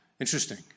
Interesting